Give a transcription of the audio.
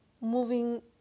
moving